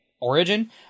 origin